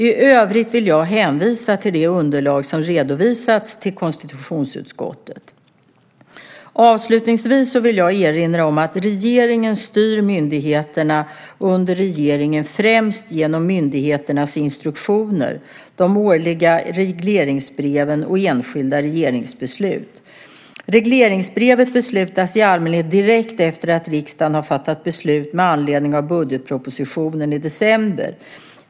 I övrigt vill jag hänvisa till det underlag som redovisats till konstitutionsutskottet. Avslutningsvis vill jag erinra om att regeringen styr myndigheterna under regeringen främst genom myndigheternas instruktioner, de årliga regleringsbreven och enskilda regeringsbeslut. Regleringsbrevet beslutas i allmänhet direkt efter det att riksdagen har fattat beslut med anledning av budgetpropositionen i december.